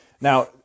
Now